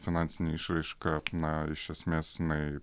finansinė išraiška na iš esmės jinai